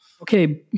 Okay